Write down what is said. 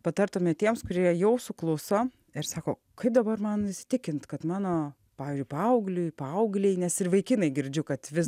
patartumėt tiems kurie jau sukluso ir sako kaip dabar man įsitikint kad mano pavyzdžiui paaugliui paauglei nes ir vaikinai girdžiu kad vis